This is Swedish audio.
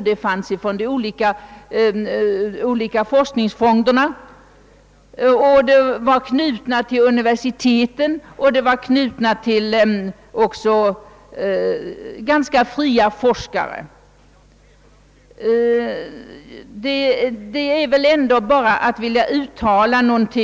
Vidare finns de olika forskningsfonderna, vilka är knutna till universiteten samt till rätt fria forskare. Det är väl ändå bara lusten att uttala något